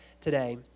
today